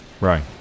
Right